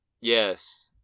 Yes